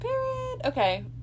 okay